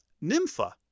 Nympha